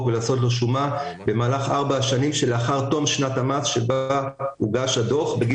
ולעשות שומה במהלך ארבע השנים שלאחר תום שנת המס שבה הוגש הדוח.